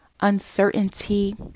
uncertainty